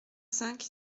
cinq